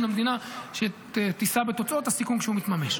למדינה שתישא בתוצאות הסיכון כשהוא מתממש.